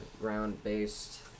ground-based